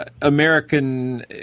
American